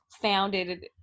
founded